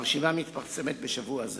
הרשימה מתפרסמת בשבוע זה.